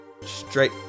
straight